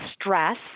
stress